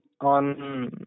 on